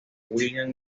william